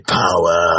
power